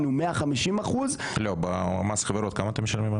הוא 150%. מס חברות כמה אתם משלמים,